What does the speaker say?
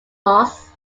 loss